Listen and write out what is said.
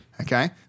Okay